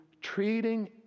treating